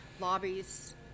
lobbies